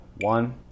One